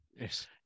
yes